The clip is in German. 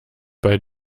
bei